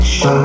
Show